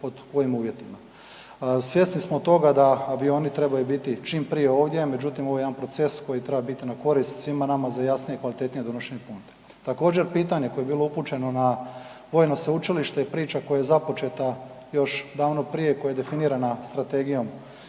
Svjesni smo toga da avioni trebaju biti čim prije ovdje međutim ovo je jedan proces koji treba biti na korist svima nama za jasnije i kvalitetnije donošenje .../Govornik se ne razumije./... Također, pitanje koje je bilo upućeno na vojno sveučilište, priča koja je započeta još davno prije, koja je definirana Strategijom